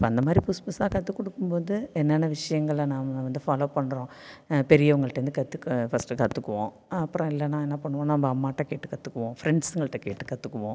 அப்போ அந்தமாதிரி புதுசாக கத்துக்கொடுக்கும்போது என்னென்ன விஷயங்களை நாம் வந்து ஃபாலோவ் பண்ணுறோம் பெரியவங்கள்ட இருந்து கற்றுக்க ஃபஸ்ட்டு கற்றுக்குவோம் அப்புறம் இல்லைனா என்ன பண்ணுவோம் நம்ம அம்மாகிட்ட கேட்டு கற்றுக்குவோம் ஃப்ரெண்ட்ஸுங்கள்ட கேட்டு கற்றுக்குவோம்